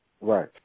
Right